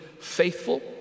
faithful